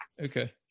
Okay